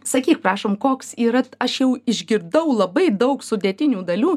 sakyk prašom koks yra aš jau išgirdau labai daug sudėtinių dalių